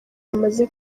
bamaze